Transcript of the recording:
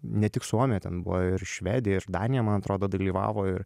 ne tik suomija ten buvo ir švedija ir danija man atrodo dalyvavo ir